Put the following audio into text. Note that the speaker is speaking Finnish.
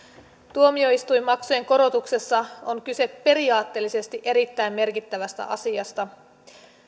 tuomioistuinmaksujen korotuksessa on kyse periaatteellisesti erittäin merkittävästä asiasta